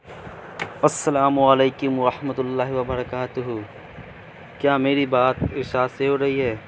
السلام علیکم ورحمتۃ اللہ وبرکاتہ کیا میری بات ارشاد سے ہو رہی ہے